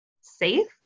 safe